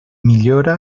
millora